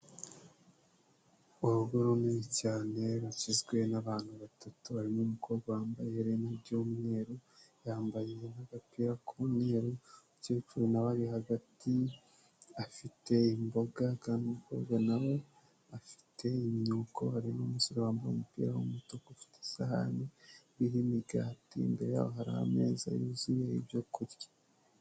Urugo runini cyane rugizwe n'abantu batatu, harimo umukobwa wambaye iherena ry'umweru, yambaye n'agapira k'umweru, umukecuru na we ari hagati afite imboga kandi umukobwa na we afite imyuko, hari n'umusore wambaye umupira w'umutuku ufite isahani iriho imigati, imbere yabo hari ameza yuzuyeho ibyo kurya.